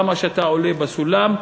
כמה שאתה עולה בסולם,